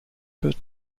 peut